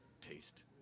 taste